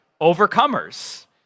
overcomers